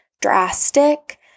drastic